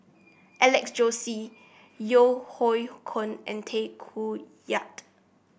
Alex Josey Yeo Hoe Koon and Tay Koh Yat